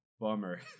bummer